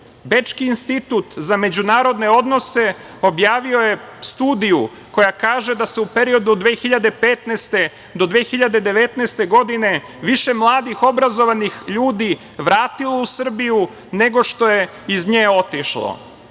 institut za međunarodne odnose objavio je studiju koja kaže da se u periodu od 2015. do 2019. godine više mladih obrazovanih ljudi vratilo u Srbiju nego što je iz nje otišlo,